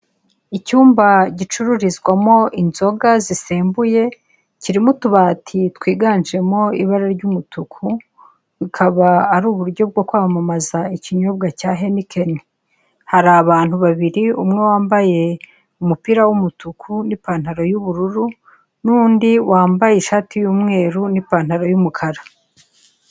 Icyumba gicururizwamo inzoga zisembuye kirimo utubati twiganjemo ibara ry'umutuku, akaba ari uburyo bwo kwamamaza ikinyobwa cya henikeni. Hari abantu babiri umwe wambaye umupira w'umutuku n'ipantaro y'ubururu n'undi wambaye ishati y'umweru n'ipantaro y'umukara.